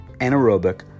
anaerobic